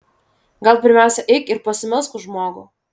gal pirmiausia eik ir pasimelsk už žmogų